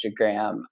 Instagram